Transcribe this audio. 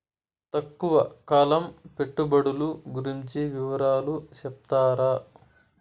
తక్కువ కాలం పెట్టుబడులు గురించి వివరాలు సెప్తారా?